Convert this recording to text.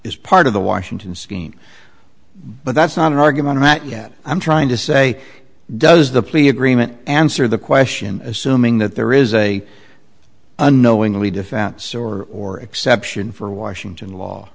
is part of the washington scheme but that's not an argument i'm not yet i'm trying to say does the plea agreement answer the question assuming that there is a unknowingly defense or or exception for washington law